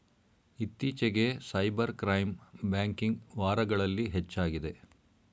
ಇತ್ತೀಚಿಗೆ cyber crime banking ವಾರಗಳಲ್ಲಿ ಹೆಚ್ಚಾಗಿದೆ